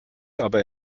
aber